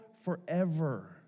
forever